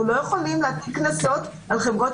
אנחנו לא יכולים להטיל קנסות על חברות